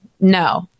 no